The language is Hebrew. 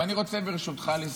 ואני רוצה לסיים, ברשותך.